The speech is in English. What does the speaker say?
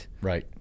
Right